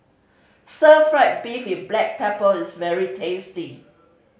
Stir Fry beef with black pepper is very tasty